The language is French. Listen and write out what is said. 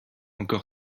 encore